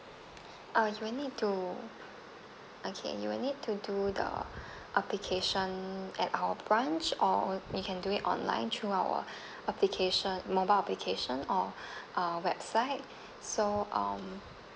ah you will need to okay you will need to do the application at our branch or you can do it online through our application mobile application or our website so um